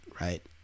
right